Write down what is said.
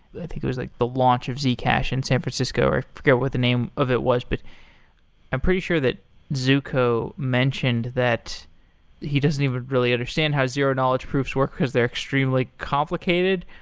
i think it was like the launch of zcash in san francisco. i forgot what the name of it was, but i'm pretty sure that zooko mentioned that he doesn't even really understand how zero-knowledge proofs work, because they're like complicated.